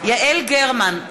יעל גרמן,